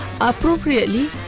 appropriately